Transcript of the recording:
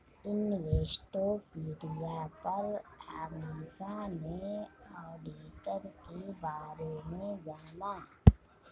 Investopedia पर अमीषा ने auditor के बारे में जाना